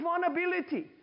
vulnerability